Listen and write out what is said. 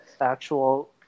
actual